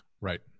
Right